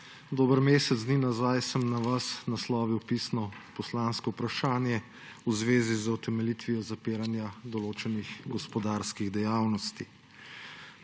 Dober mesec dni nazaj sem na vas naslovil pisno poslansko vprašanje v zvezi z utemeljitvijo zapiranja določenih gospodarskih dejavnosti.